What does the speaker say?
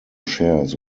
shares